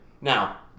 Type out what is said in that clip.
Now